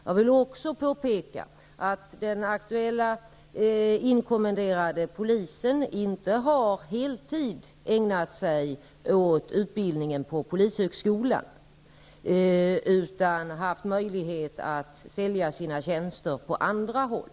Jag vill också påpeka att den aktuella inkommenderade polisen inte har ägnat sig åt utbildningen på polishögskolan på heltid. Hon har haft möjlighet att sälja sina tjänster på andra håll.